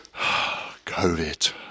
Covid